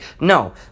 No